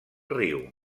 riu